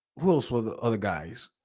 rules for the other guys.